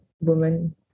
woman